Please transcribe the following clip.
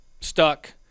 stuck